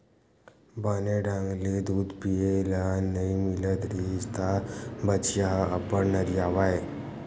बने ढंग ले दूद पिए ल नइ मिलत रिहिस त बछिया ह अब्बड़ नरियावय